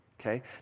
okay